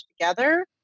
together